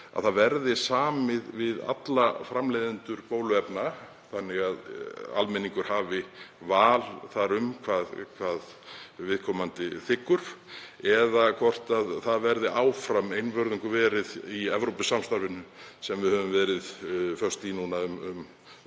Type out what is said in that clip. að samið verði við alla framleiðendur bóluefna þannig að almenningur hafi val þar um hvað viðkomandi þiggur eða hvort við verðum áfram einvörðungu í Evrópusamstarfinu, sem við höfum verið föst í núna um